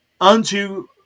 unto